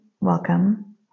Welcome